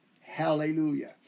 Hallelujah